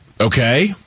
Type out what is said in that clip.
Okay